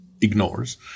ignores